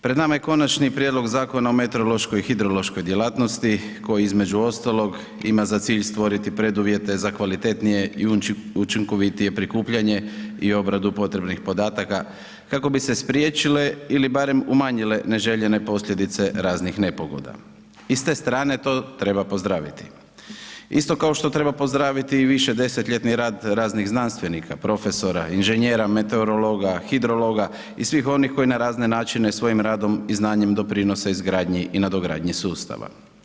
Pred nama je Konačni prijedlog Zakona o meteorološkoj i hidrološkoj djelatnosti koji između ostalog ima za cilj stvoriti preduvjete za kvalitetnije i učinkovitije prikupljanje i obradu potrebnih podataka kako bi se spriječile ili barem umanjile neželjene posljedice raznih nepogoda i s te strane to treba pozdraviti isto kao što treba pozdraviti i višedesetljetni rad raznih znanstvenika, profesora, inženjera meteorologa, hidrologa i svih onih koji na razne načine svojim radom i znanjem doprinose izgradnji i nadogradnji sustava.